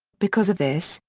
because of this,